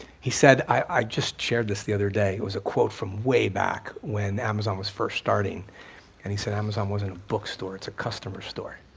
he said, i just shared this the other day. it was a quote from way back when amazon was first starting and he said, amazon wasn't a bookstore, it's a customer store.